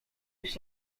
już